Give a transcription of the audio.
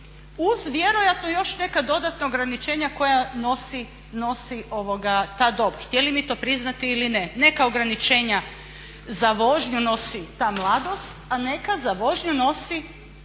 uz vjerojatno još neka dodatna ograničenja koja nosi ta dob, htjeli mi to priznati ili ne. Neka ograničenja za vožnju nosi i ta mladost, a neka za vožnju nosi